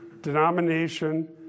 denomination